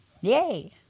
Yay